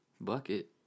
Bucket